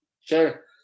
Sure